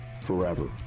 forever